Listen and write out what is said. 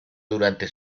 durante